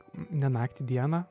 ne naktį dieną